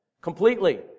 completely